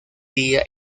día